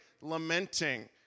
lamenting